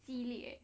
激烈